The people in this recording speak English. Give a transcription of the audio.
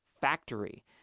factory